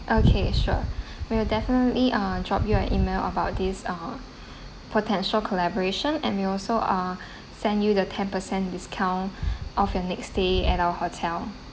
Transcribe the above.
okay sure we'll definitely uh drop you an email about this uh potential collaboration and we also uh send you the ten percent discount off your next stay at our hotel